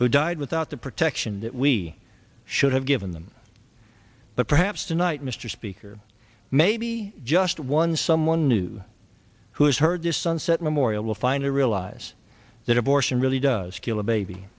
who died without the protection that we should have given them but perhaps tonight mr speaker maybe just one someone new who has heard this son memorial will finally realize that abortion really does kill a baby